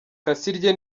kasirye